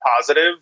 positive